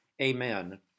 amen